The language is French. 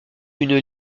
une